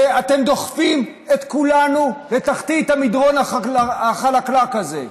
ואתם דוחפים את כולנו לתחתית המדרון החלקלק הזה.